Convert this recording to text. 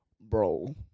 bro